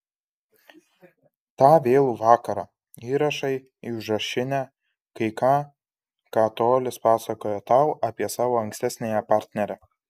tą vėlų vakarą įrašai į užrašinę kai ką ką tolis pasakojo tau apie savo ankstesniąją partnerę